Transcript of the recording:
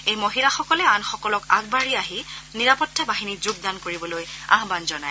এই মহিলাসকলে আনসকলক আগবাঢ়ি আহি নিৰাপত্তা বাহিনীত যোগদান কৰিবলৈ আহ্বান জনায়